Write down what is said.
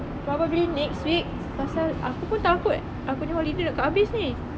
probably next week pasal aku pun takut aku nya holiday dah nak habis ni